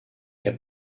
heb